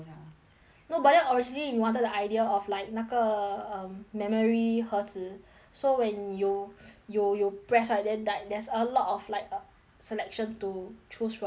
no but then originally you wanted the idea of like 那个 um memory 盒子 so when you you you press right then tha~ there's a lot like a selection to choose from so